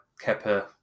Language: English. Kepper